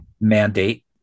mandate